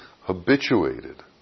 habituated